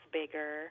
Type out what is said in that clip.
bigger